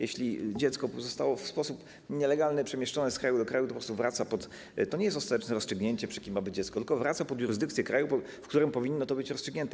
Jeśli dziecko zostało w sposób nielegalny przemieszczone z kraju do kraju, to po prostu wraca - to nie jest ostateczne rozstrzygnięcie, przy kim ma być dziecko, tylko wraca pod jurysdykcję kraju, w którym powinno to być rozstrzygnięte.